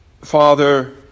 Father